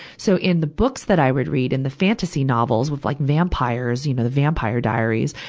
so in the books that i would read and the fantasy novels with like vampires, you know, the vampire diaries,